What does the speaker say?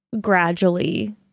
gradually